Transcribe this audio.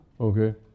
Okay